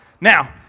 now